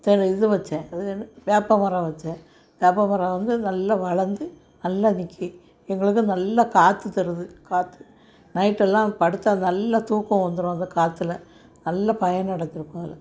இது வச்சேன் அது வந்து வேப்பமரம் வச்சேன் வேப்பமரம் வந்து அது நல்லா வளர்ந்து நல்லா அது நிக்கிது எங்களுக்கு நல்லா காற்று தருது காற்று நைட்டெல்லாம் படுத்தால் நல்லா தூக்கம் வந்துடும் அந்த காத்தில் நல்ல பயனடைஞ்சுருக்கோம் அதில்